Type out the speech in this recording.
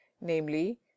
namely